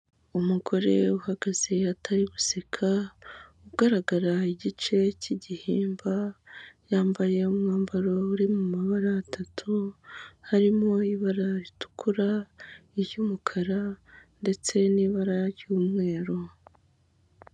Umugore uhagaze atari guseka, ugaragara igice k'igihimba yambaye umwambaro uri mu mabara atatu harimo: ibara ritukura, iry'umukara ndetse n'ibara ry'umweru.